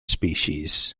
species